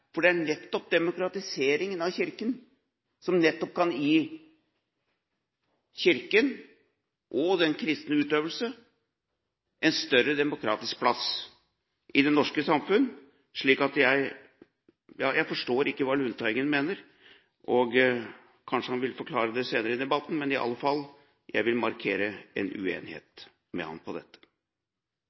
Det er nettopp demokratiseringen av Kirken som kan gi Kirken og den kristne utøvelse en større demokratisk plass i det norske samfunn. Jeg forstår ikke hva Lundteigen mener. Kanskje han vil forklare det senere i debatten. Uansett vil jeg markere en uenighet med ham i dette.